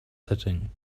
setting